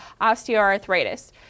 osteoarthritis